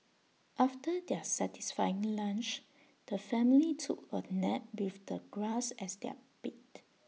after their satisfying lunch the family took A nap with the grass as their bed